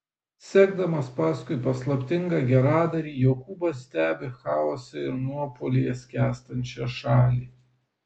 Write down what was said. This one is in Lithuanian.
sekdamas paskui paslaptingą geradarį jokūbas stebi chaose ir nuopuolyje skęstančią šalį